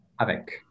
Avec